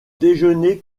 déjeuner